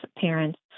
parents